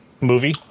movie